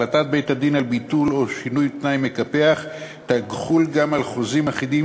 החלטת בית-הדין על ביטול או שינוי תנאי מקפח תחול גם על חוזים אחידים